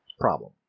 problem